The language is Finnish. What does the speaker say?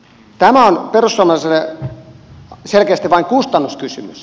tämä on perussuomalaisille selkeästi vain kustannuskysymys